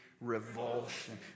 revulsion